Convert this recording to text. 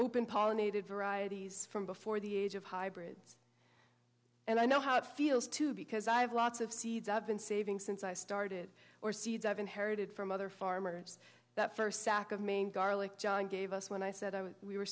pollinated varieties from before the age of hybrids and i know how it feels too because i have lots of seeds of conceiving since i started or seeds i've inherited from other farmers that first sack of maine garlic john gave us when i said we were